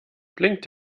blinkt